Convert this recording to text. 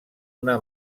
una